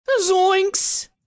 zoinks